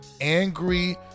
angry